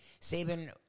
Saban